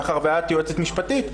מאחר ואת יועצת משפטית,